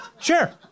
Sure